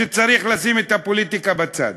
וצריך לשים את הפוליטיקה בצד.